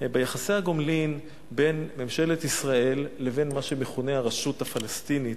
ביחסי הגומלין בין ממשלת ישראל לבין מה שמכונה הרשות הפלסטינית,